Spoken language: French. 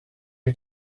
est